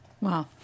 Wow